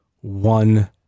one